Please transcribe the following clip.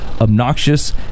obnoxious